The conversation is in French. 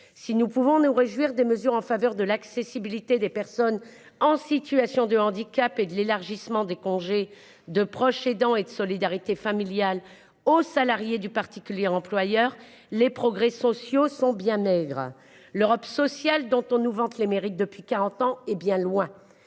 Si nous pouvons nous réjouir des mesures en faveur de l'accessibilité des personnes en situation de handicap et de l'élargissement des congé de proche aidant et de solidarité familiale aux salariés du particulier employeur les progrès sociaux sont bien maigres. L'Europe sociale dont on nous vante les mérites depuis 40 ans hé bien loin.